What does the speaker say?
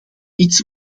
iets